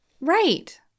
Right